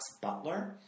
butler